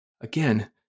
again